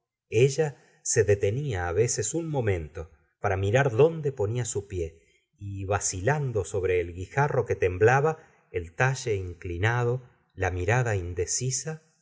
ella se detenía á veces un momento para mirar dónde ponía su pie y vacilando sobre el guijarro que temblaba el talle inclinado la mirada indecisa